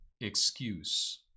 excuse